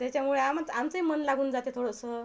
त्याच्यामुळे आम् आमचंही मन लागून जाते थोडंसं